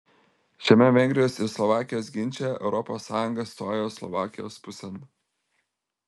šiame vengrijos ir slovakijos ginče europos sąjunga stojo slovakijos pusėn